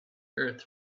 earth